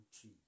tree